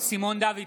סימון דוידסון,